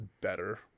better